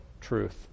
truth